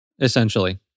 essentially